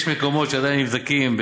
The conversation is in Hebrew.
יש מקומות שעדיין נבדקים.